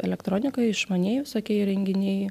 elektronika išmanieji visokie įrenginiai